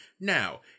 Now